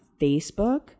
Facebook